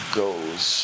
goes